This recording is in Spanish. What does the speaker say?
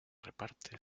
reparte